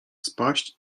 spaść